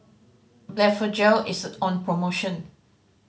Blephagel is on promotion